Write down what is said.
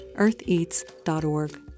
eartheats.org